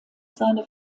seine